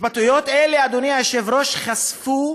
התבטאויות אלה, אדוני היושב-ראש, חשפו